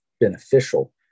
beneficial